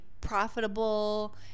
profitable